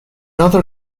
other